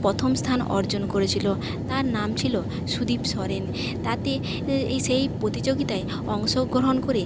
প্রথম স্থান অর্জন করেছিল তার নাম ছিল সুদীপ সরেন তাতে এ এ সেই প্রতিযোগিতায় অংশগ্রহণ করে